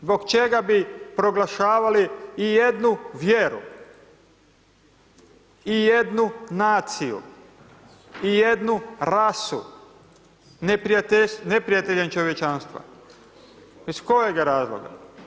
Zbog čega bi proglašavali i jednu vjeru i jednu naciju i jednu rasu neprijateljem čovječanstva iz kojega razloga?